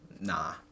Nah